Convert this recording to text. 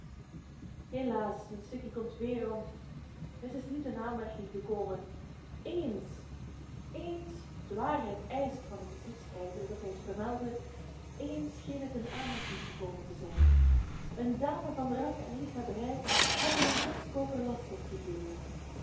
zijn stukje komt weerom het is niet in aanmerking gekomen eens eens de waarheid eischt van den geschiedschrijver dat hij het vermelde ééns scheen het in aanmerking gekomen te zijn eene dame van rang en liefhebberij had er een kunstkooper last op